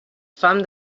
fam